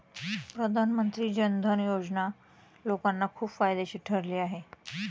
प्रधानमंत्री जन धन योजना लोकांना खूप फायदेशीर ठरली आहे